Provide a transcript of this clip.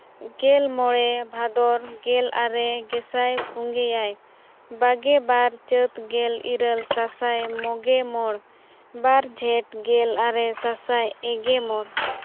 ᱜᱮᱞ ᱢᱚᱬᱮ ᱵᱷᱟᱫᱚᱨ ᱜᱮᱞ ᱟᱨᱮ ᱜᱮ ᱥᱟᱭ ᱯᱩᱜᱮᱭᱟᱭ ᱵᱟᱜᱮ ᱵᱟᱨ ᱪᱟᱹᱛ ᱜᱮᱞ ᱤᱨᱟᱹᱞ ᱥᱟᱥᱟᱭ ᱢᱚᱜᱮ ᱢᱚᱬ ᱵᱟᱨ ᱡᱷᱮᱸᱴ ᱜᱮᱞ ᱟᱨᱮ ᱥᱟᱥᱟᱭ ᱮᱜᱮ ᱢᱚᱬ